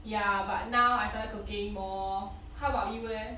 ya but now I started cooking more how about you leh